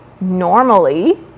normally